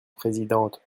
présidente